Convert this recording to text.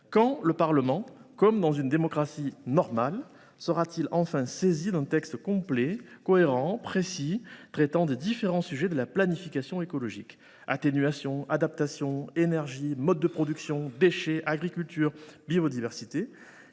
enfin saisi, comme dans une démocratie normale, d’un texte complet, cohérent et précis traitant des différents sujets de la planification écologique – atténuation, adaptation, énergie, modes de production, déchets, agriculture, biodiversité –